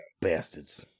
Bastards